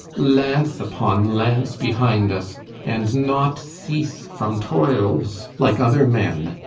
lance upon lance behind us and not cease from toils, like other men,